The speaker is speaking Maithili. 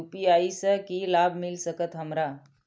यू.पी.आई से की लाभ मिल सकत हमरा?